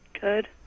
Good